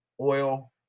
oil